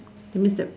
that means the